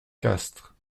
castres